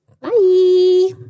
bye